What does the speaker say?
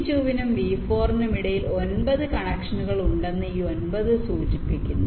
V2 നും V4 നും ഇടയിൽ 9 കണക്ഷനുകൾ ഉണ്ടെന്ന് ഈ 9 സൂചിപ്പിക്കുന്നു